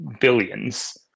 billions